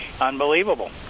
unbelievable